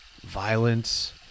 violence